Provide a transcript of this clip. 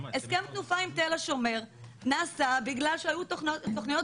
הסכם תנופה עם תל השומר נעשה בגלל שהיו תוכניות